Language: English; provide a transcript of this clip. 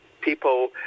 people